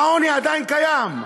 והעוני עדיין קיים.